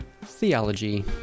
theology